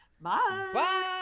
Bye